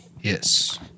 Yes